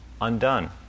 undone